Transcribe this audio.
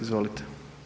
Izvolite.